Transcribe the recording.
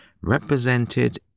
represented